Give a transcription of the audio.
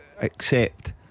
accept